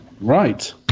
Right